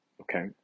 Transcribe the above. Okay